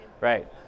Right